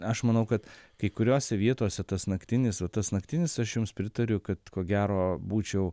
aš manau kad kai kuriose vietose tas naktinis vat tas naktinis aš jums pritariu kad ko gero būčiau